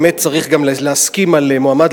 באמת צריך גם להסכים על מועמד